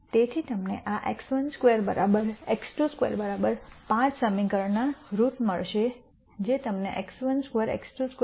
તેથી તમને આ x12 x22 5 સમીકરણ રુટ મળશે જે તમને x12 x22 52